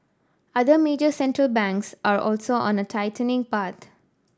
other major Central Banks are also on a tightening but